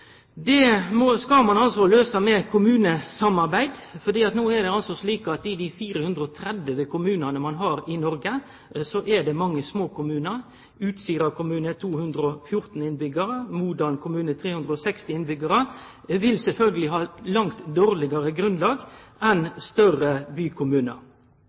skal ein altså løyse med kommunesamarbeid. No er det slik at av dei 430 kommunane vi har i Noreg, er det mange små kommunar. Utsira kommune med 214 innbyggjarar og Modalen kommune med 360 innbyggjarar vil sjølvsagt ha eit langt dårlegare grunnlag enn større bykommunar.